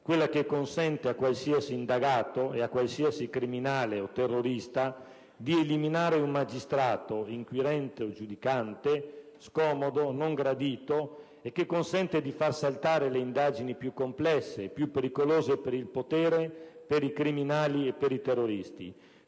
quella che consente a qualsiasi indagato, a qualsiasi criminale o terrorista, di eliminare un magistrato inquirente o giudicante scomodo, non gradito, e che consente di far saltare le indagini più complesse, più pericolose per il potere, per i criminali e per i terroristi.